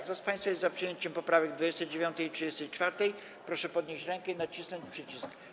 Kto z państwa jest za przyjęciem poprawek 29. i 34., proszę podnieść rękę i nacisnąć przycisk.